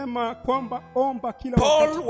Paul